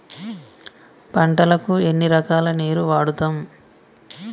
పంటలకు ఎన్ని రకాల నీరు వాడుతం?